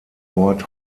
ort